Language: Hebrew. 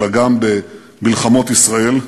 אלא גם במלחמות ישראל.